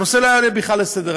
הנושא לא היה עולה בכלל לסדר-היום.